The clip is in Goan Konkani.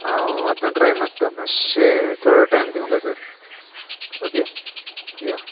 हांव आतां ट्राय मारता मातशें थोडो टायम दी म्हाका सर ओके या